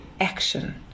action